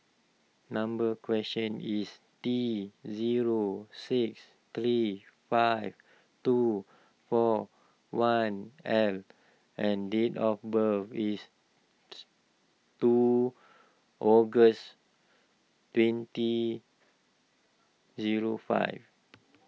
number is T zero six three five two four one L and date of birth is two August twenty zero five